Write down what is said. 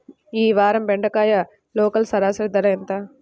ఈ వారం బెండకాయ లోకల్ సరాసరి ధర ఎంత?